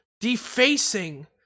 defacing